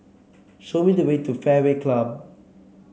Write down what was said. show me the way to Fairway Club